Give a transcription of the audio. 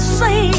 say